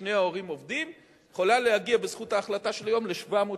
ששני ההורים עובדים יכולה להגיע בזכות ההחלטה של היום ל-700 שקלים.